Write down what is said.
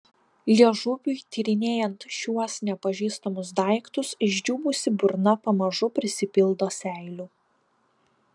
liežuviui tyrinėjant šiuos nepažįstamus daiktus išdžiūvusi burna pamažu prisipildo seilių